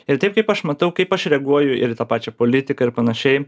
ir taip kaip aš matau kaip aš reaguoju ir į tą pačią politiką ir panašiai